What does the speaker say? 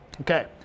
Okay